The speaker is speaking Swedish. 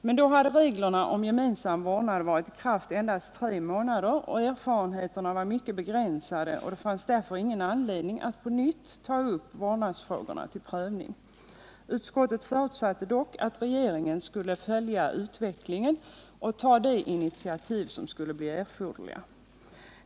Men då hade reglerna om gemensam vårdnad varit i kraft endast tre månader, och erfarenheterna var mycket begränsade. Det fanns därför ingen anledning att på nytt ta upp vårdnadsfrågorna till prövning. Utskottet förutsatte dock att regeringen skulle följa utvecklingen och ta de initiativ som kunde bli erforderliga.